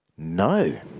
No